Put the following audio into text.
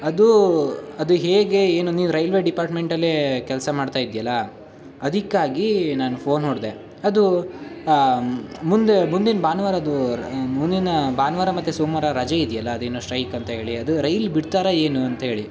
ಅದು ಅದು ಹೇಗೆ ಏನು ನೀವು ರೈಲ್ವೆ ಡಿಪಾರ್ಟ್ಮೆಂಟಲ್ಲೇ ಕೆಲಸ ಮಾಡ್ತಾ ಇದ್ದೀಯಲ್ಲ ಅದಕ್ಕಾಗಿ ನಾನು ಫೋನ್ ಹೊಡೆದೆ ಅದು ಮುಂದೆ ಮುಂದಿನ ಭಾನುವಾರದ್ದು ಮುಂದಿನ ಭಾನುವಾರ ಮತ್ತು ಸೋಮವಾರ ರಜೆ ಇದೆಯಲ್ಲ ಅದೇನೋ ಸ್ಟ್ರೈಕ್ ಅಂತ ಹೇಳಿ ಅದು ರೈಲ್ ಬಿಡ್ತಾರಾ ಏನು ಅಂತೇಳಿ